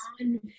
on